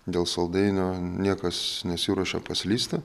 dėl saldainio niekas nesiruošia paslysti